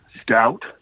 stout